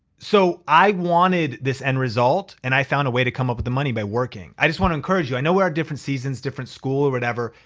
so i wanted this end result and i found a way to come up with the money by working. i just wanna encourage you. i know we are at different seasons, different school or whatever,